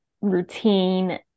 routine